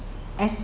as